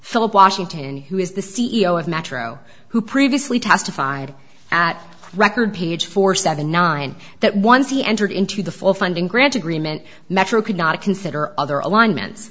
philip washington who is the c e o of metro who previously testified at record page for seven nine that once he entered into the full funding grant agreement metro could not consider other alignment